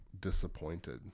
disappointed